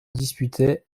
disputaient